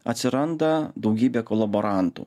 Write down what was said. atsiranda daugybė kolaborantų